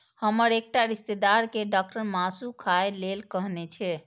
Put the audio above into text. हमर एकटा रिश्तेदार कें डॉक्टर मासु खाय लेल कहने छै